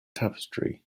tapestry